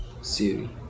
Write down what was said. Siri